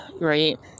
right